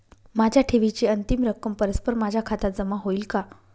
माझ्या ठेवीची अंतिम रक्कम परस्पर माझ्या खात्यात जमा होईल का?